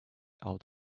out